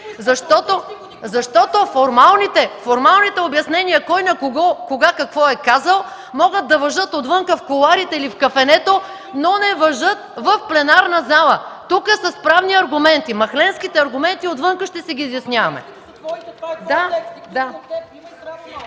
Защото формалните обяснения кой на кого кога какво е казал могат да важат отвън в кулоарите или в кафенето, но не важат в пленарната зала. Тук – с правни аргументи. Махленските аргументи отвънка ще си ги изясняваме.